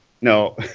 No